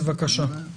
בבקשה.